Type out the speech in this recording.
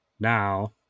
now